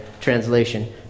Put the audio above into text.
translation